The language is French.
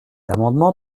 amendement